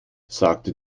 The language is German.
sagte